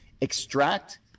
extract